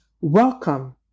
Welcome